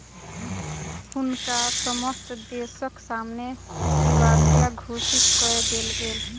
हुनका समस्त देसक सामने दिवालिया घोषित कय देल गेल